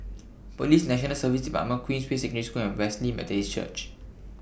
Police National Service department Queensway Secondary School and Wesley Methodist Church